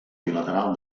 bilateral